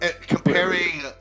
Comparing